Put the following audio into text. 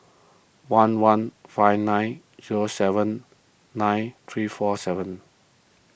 one one five nine zero seven nine three four seven